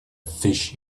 fish